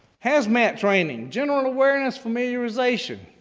hazmat training, general awareness familiarization.